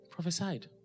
prophesied